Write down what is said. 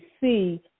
see